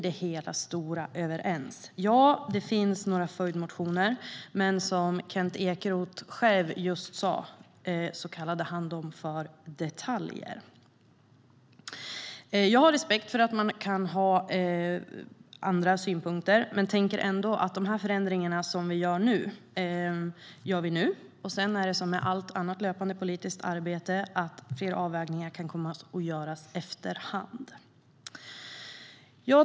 Det finns några följdmotioner, men som Kent Ekeroth själv sa handlar det om detaljer. Jag har respekt för att man kan ha andra synpunkter. Vi gör dessa förändringar nu, men som i allt annat löpande politiskt arbete kan fler avvägningar komma att göras efter hand.